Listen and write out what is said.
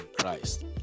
Christ